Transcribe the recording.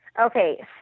Okay